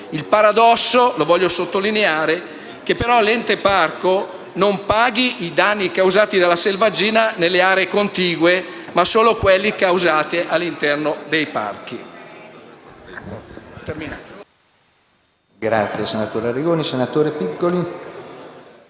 Il paradosso lo voglio sottolineare - è che l’Ente parco non paghi i danni causati dalla selvaggina nelle aree contigue, ma solo quelli causati all’interno dei parchi.